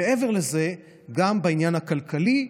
מעבר לזה, גם בעניין הכלכלי,